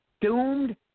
doomed